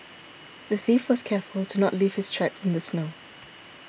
the thief was careful to not leave his tracks in the snow